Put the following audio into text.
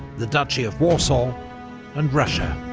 the duchy of warsaw and russia.